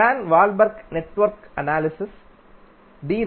வான் வால்கன்பர்க்கின் network analysis D